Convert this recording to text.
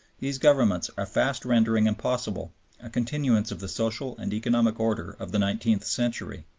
these governments are fast rendering impossible a continuance of the social and economic order of the nineteenth century.